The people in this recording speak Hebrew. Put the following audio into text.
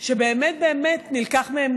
שבאמת, באמת, נלקח מהם